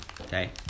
okay